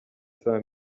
saa